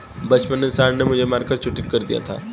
बचपन में सांड ने मुझे मारकर चोटील कर दिया था